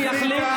להגיב.